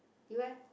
you leh